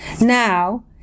Now